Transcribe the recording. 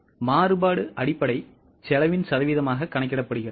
இப்போது மாறுபாடு அடிப்படை செலவின் சதவீதமாக கணக்கிடப்படுகிறது